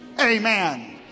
Amen